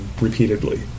repeatedly